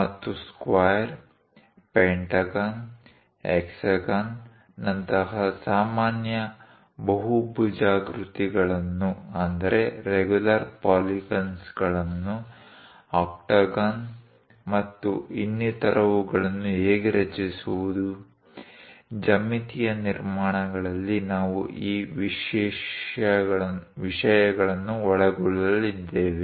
ಮತ್ತು square pentagon hexagon ನಂತಹ ಸಾಮಾನ್ಯ ಬಹುಭುಜಾಕೃತಿಗಳನ್ನು ಆಕ್ಟಾಗನ್ ಮತ್ತು ಇನ್ನಿತರವುಗಳನ್ನು ಹೇಗೆ ರಚಿಸುವುದು ಜ್ಯಾಮಿತೀಯ ನಿರ್ಮಾಣಗಳಲ್ಲಿ ನಾವು ಈ ವಿಷಯಗಳನ್ನು ಒಳಗೊಳ್ಳಲಿದ್ದೇವೆ